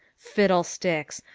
fiddlesticks!